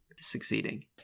succeeding